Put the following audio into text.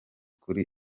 kuri